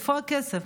איפה הכסף?